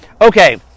Okay